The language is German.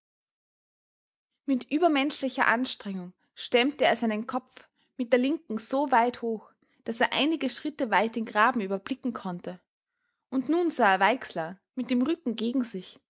mit übermenschlicher anstrengung stemmte er seinen kopf mit der linken so weit hoch daß er einige schritte weit den graben überblicken konnte und nun sah er weixler mit dem rücken gegen sich